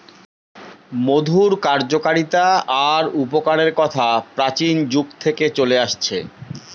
মধুর কার্যকতা আর উপকারের কথা প্রাচীন যুগ থেকে চলে আসছে